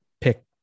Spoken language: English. pick